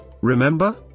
remember